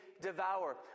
devour